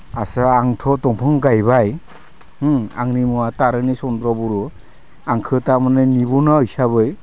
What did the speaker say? आस्सा आंथ' दंफां गायबाय आंनि मुङा तारानि चन्द्र' बर' आंखो थारमाने निब'नुवा हिसाबै